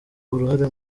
uruhare